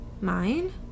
Mine